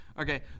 Okay